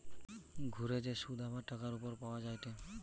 ঘুরে যে শুধ আবার টাকার উপর পাওয়া যায়টে